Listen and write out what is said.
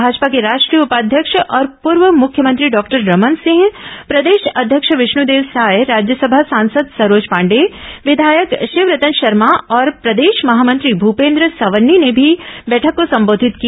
भाजपा के राष्ट्रीय उपाध्यक्ष और पूर्व मुख्यमंत्री डॉक्टर रमन सिंह प्रदेश अध्यक्ष विष्णुदेव साय राज्यसभा सांसद सरोज पांडेय विधायक शिवरतन शर्मा और प्रदेश महामंत्री मुपेन्द्र सवन्नी ने भी बैठक को संबोधित किया